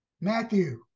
Matthew